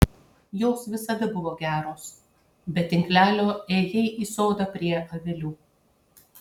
jos visada buvo geros be tinklelio ėjai į sodą prie avilių